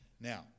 Now